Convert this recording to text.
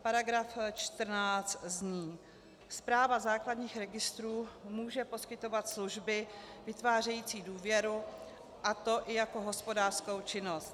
§ 14 zní: Správa základních registrů může poskytovat služby vytvářející důvěru, a to i jako hospodářskou činnost.